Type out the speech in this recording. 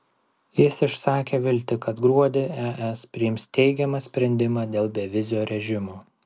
jis išsakė viltį kad gruodį es priims teigiamą sprendimą dėl bevizio režimo